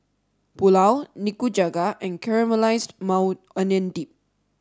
Pulao Nikujaga and Caramelized Maui Onion Dip